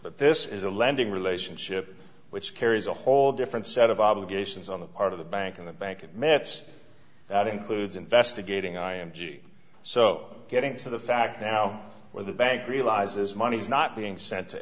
but this is a lending relationship which carries a whole different set of obligations on the part of the bank and the bank admits that includes investigating i am so getting to the fact that now where the bank realizes money is not being s